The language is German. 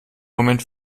moment